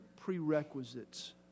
prerequisites